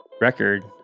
record